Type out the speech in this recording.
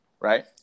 right